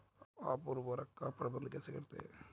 आप उर्वरक का प्रबंधन कैसे करते हैं?